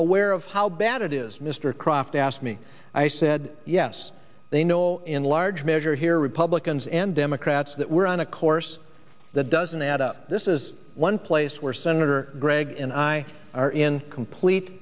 aware of how bad it is mr kroft asked me i said yes they know in large measure here republicans and democrats that we're on a course that doesn't add up this is one place where senator gregg and i are in complete